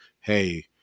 hey